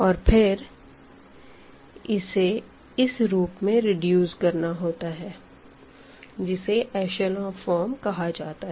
और फिर इसे इस रूप में रेड्यूस करना होता है जिसे एशलों फ़ॉर्म कहा जाता है